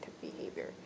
behavior